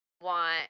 want